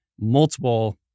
multiple